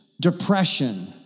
depression